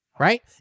right